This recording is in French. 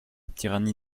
tyrannie